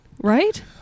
right